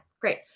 great